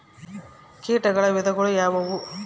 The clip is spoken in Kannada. ಕೇಟಗಳ ವಿಧಗಳು ಯಾವುವು?